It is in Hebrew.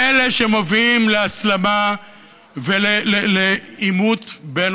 מאלה שמביאים להסלמה ולעימות בין